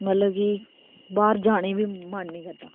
मतलब कि बाहर जाने गी बी मन नेईं करदा